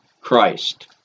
Christ